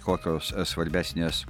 kokios svarbesnės